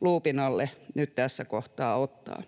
luupin alle nyt tässä kohtaa ottaa.